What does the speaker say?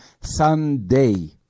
Sunday